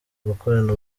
gukorana